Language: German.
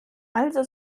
also